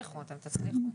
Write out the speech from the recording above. אתם תצליחו.